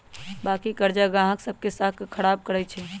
बाँकी करजा गाहक सभ के साख को खराब करइ छै